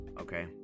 okay